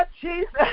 Jesus